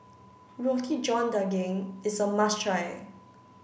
Roti John Daging is a must try